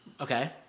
Okay